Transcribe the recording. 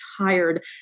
Tired